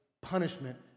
punishment